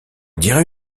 dirait